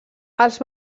els